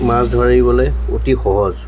মাছ ধৰিবলৈ অতি সহজ